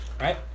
Right